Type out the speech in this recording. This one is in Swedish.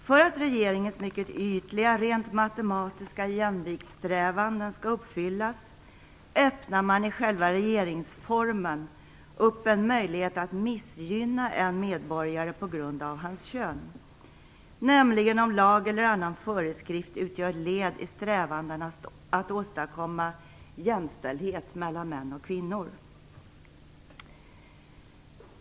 För att regeringens mycket ytliga, rent matematiska jämviktssträvanden skall uppfyllas öppnar man i själva regeringsformen upp en möjlighet att missgynna en medborgare på grund av hans kön, nämligen om lag eller annan föreskrift utgör ett led i strävandena att åstadkomma jämställdhet mellan män och kvinnor.